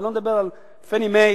ואני לא מדבר על "פאני מאי"